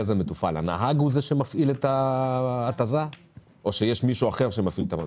הנהג הוא זה שמפעיל את ההתזה או יש מישהו אחר שמפעיל?